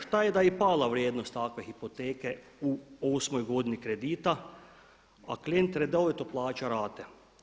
Šta da je i pala vrijednost takve hipoteke u osmoj godini kredita, a klijent redovito plaća rate?